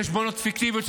חשבונות פיקטיביים,